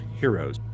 heroes